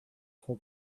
for